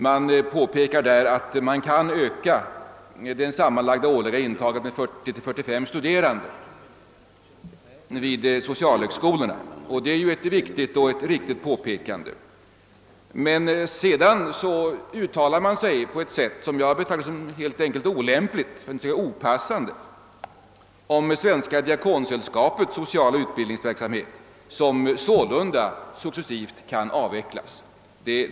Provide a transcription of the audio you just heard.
Man påpekar där att man kan öka det sammanlagda årliga intaget med 40 å 45 studerande vid socialhögskolorna. Det är ju ett riktigt och viktigt påpekande, men sedan uttalar man sig på ett sätt som jag betraktar som olämpligt, för att inte säga opassande, om Svenska diakonsällskapets sociala utbildningsverksamhet, som successivt bör kunna avvecklas.